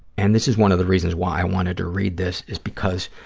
and this is one of the reasons why i wanted to read this, is because